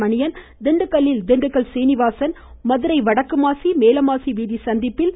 மணியன் திண்டுக்கல்லில் திண்டுக்கல் சீனிவாசன் மதுரை வடக்குமாசி மேலமாசி வீதி சந்திப்பில் திரு